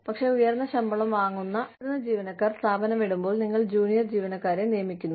പക്ഷേ ഉയർന്ന ശമ്പളം വാങ്ങുന്ന മുതിർന്ന ജീവനക്കാർ സ്ഥാപനം വിടുമ്പോൾ നിങ്ങൾ ജൂനിയർ ജീവനക്കാരെ നിയമിക്കുന്നു